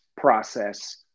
process